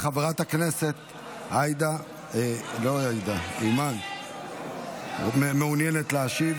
חברת הכנסת אימאן מעוניינת להשיב.